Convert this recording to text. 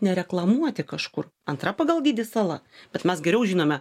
nereklamuoti kažkur antra pagal dydį sala bet mes geriau žinome